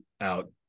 out